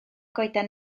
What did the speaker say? goeden